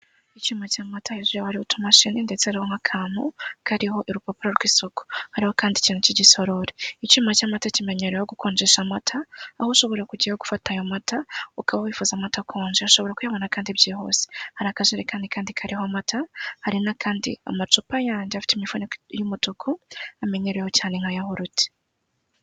Yahurute iri mu dukombe dupfundikishije ishashi y'umutuku aho yahurute ikorwa mu musaruro uva ku bikomoka ku matungo nk'amata ndetse n'ibindi.